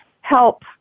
help